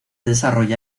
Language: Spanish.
desarrolla